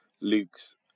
Luke's